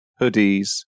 hoodies